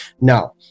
Now